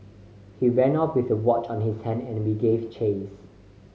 he ran off with the watch on his hand and we gave chase